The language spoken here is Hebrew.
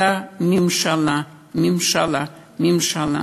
אלא ממשלה, ממשלה, ממשלה.